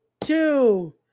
two